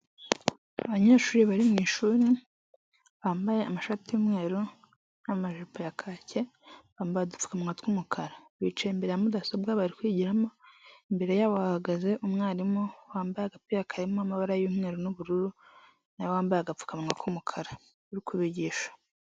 Abanyeshuri bari mwishuri bambaye amashati y'umweru n'amajipo ya kake bambara udupfukamunwa tw'umukara bicaye imbere ya mudasobwa bari kwigiramo imbere yabo hahagaze umwarimu wambaye agapira karimo amabara y'umweru n'ubururu n' wambaye agapfukamunwa k'umukara uri kubigisha.